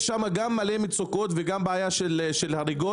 יש שם הרבה מצוקות וגם בעיה של הרוגים,